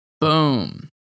Boom